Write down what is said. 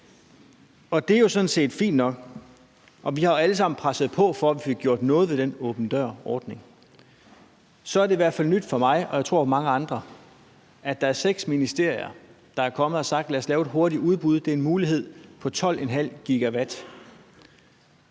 det er jo sådan set fint nok. Vi har alle sammen presset på for, at vi fik gjort noget ved den åben dør-ordning, og så er det i hvert fald nyt for mig, og jeg tror mange andre, at der er seks ministerier, der er kommet og har sagt: Lad os lave et hurtigt udbud, det er en mulighed, på 12,5 GW.